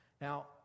Now